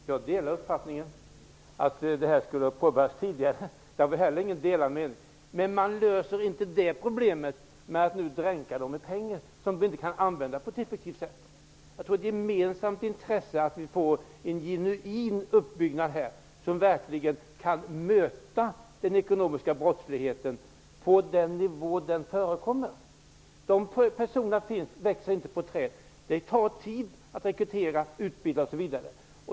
Herr talman! Jag delar uppfattningen att detta skulle ha påbörjats tidigare. Men problemet löses inte genom att nu dränka skattemyndigheterna i pengar som inte kan användas på ett effektivt sätt. Jag tror att det är av gemensamt intresse att vi får en genuin uppbyggnad här, så att man verkligen kan möta den ekonomiska brottsligheten på den nivå där den förekommer. De personer som kan sådant här växer inte på träd, utan det tar tid att rekrytera och utbilda folk osv.